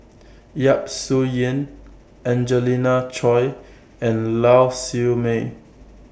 Yap Su Yin Angelina Choy and Lau Siew Mei